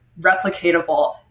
replicatable